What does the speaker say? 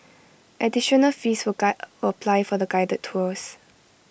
additional fees will apply for the guided tours